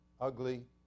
ugly